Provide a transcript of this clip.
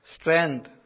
strength